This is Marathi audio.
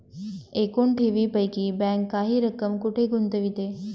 एकूण ठेवींपैकी बँक काही रक्कम कुठे गुंतविते?